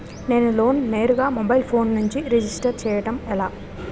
నేను లోన్ నేరుగా mobile phone నుంచి రిజిస్టర్ చేయండి ఎలా?